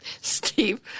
Steve